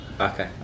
Okay